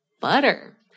butter